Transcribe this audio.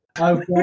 Okay